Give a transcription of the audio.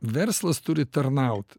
verslas turi tarnaut